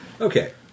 Okay